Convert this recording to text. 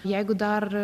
jeigu dar